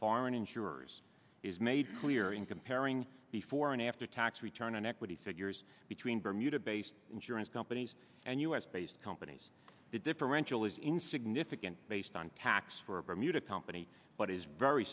foreign insurers is made clear in comparing before and after tax return on equity figures between bermuda based insurance companies and u s based companies the differential is insignificant based on tax for a music company but is very